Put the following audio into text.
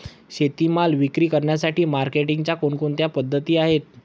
शेतीमाल विक्री करण्यासाठी मार्केटिंगच्या कोणकोणत्या पद्धती आहेत?